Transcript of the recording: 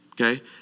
Okay